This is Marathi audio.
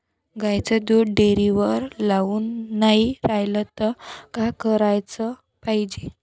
गाईचं दूध डेअरीवर लागून नाई रायलं त का कराच पायजे?